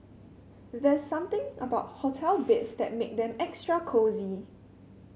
there's something about hotel beds that make them extra cosy